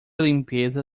limpeza